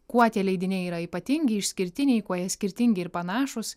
kuo tie leidiniai yra ypatingi išskirtiniai kuo jie skirtingi ir panašūs